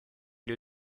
lui